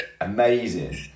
amazing